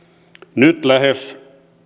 nyt lähes